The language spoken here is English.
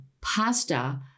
pasta